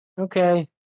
Okay